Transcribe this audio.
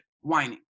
whining